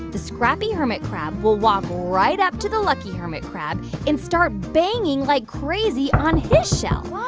the scrappy hermit crab will walk right up to the lucky hermit crab and start banging like crazy on his shell